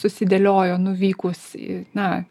susidėliojo nuvykus į na